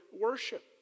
worship